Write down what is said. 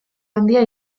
handia